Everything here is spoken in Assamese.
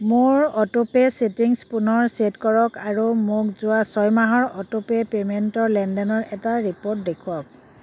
মোৰ অট'পে ছেটিংছ পুনৰ চে'ট কৰক আৰু মোক যোৱা ছয় মাহৰ অট'পে পে'মেণ্টৰ লেনদেনৰ এটা ৰিপ'ৰ্ট দেখুৱাওক